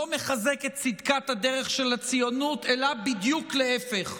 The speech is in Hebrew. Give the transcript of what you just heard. לא מחזק את צדקת הדרך של הציונות, אלא בדיוק להפך.